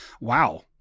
Wow